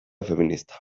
feminista